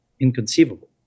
inconceivable